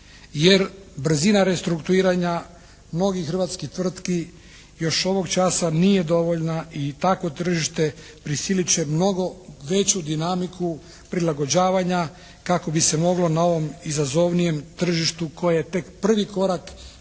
Jer brzina restrukturiranja mnogih hrvatskih tvrtki još ovog časa nije dovoljna i takvo tržište prisilit će mnogo veću dinamiku prilagođavanja kako bi se moglo na ovom izazovnijem tržištu koje je tek prvi korak pred daleko